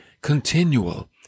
continual